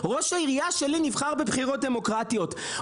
ראש העירייה שלי נבחר בבחירות דמוקרטיות,